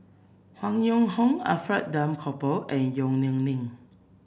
Han Yong Hong Alfred Duff Cooper and Yong Nyuk Lin